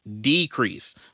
decrease